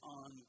on